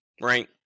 right